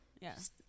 Yes